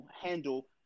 handle